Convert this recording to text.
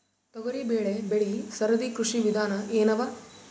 ತೊಗರಿಬೇಳೆ ಬೆಳಿ ಸರದಿ ಕೃಷಿ ವಿಧಾನ ಎನವ?